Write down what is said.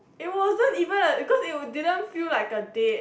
it wasn't even a cause it didn't feel like a date